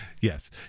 Yes